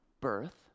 birth